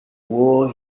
war